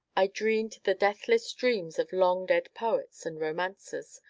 i dreamed the deathless dreams of long-dead poets and romancers,